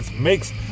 makes